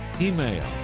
email